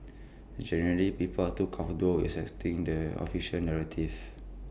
generally people are too comfortable with accepting the official narrative